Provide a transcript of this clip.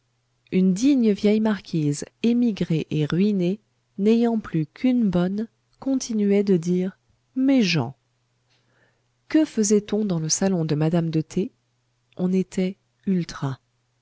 une digne vieille marquise émigrée et ruinée n'ayant plus qu'une bonne continuait de dire mes gens que faisait-on dans le salon de madame de t on était ultra